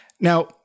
Now